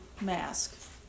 mask